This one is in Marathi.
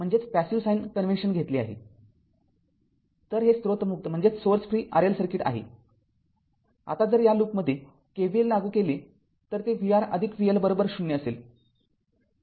तर हे स्त्रोत मुक्त RL सर्किट आहेआता जर या लूपमध्ये KVL लागू केले तर ते vR vL ० असेल